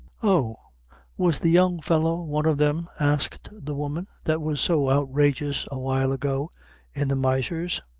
o was the young fellow one of them, asked the woman, that was so outrageous awhile ago in the miser's?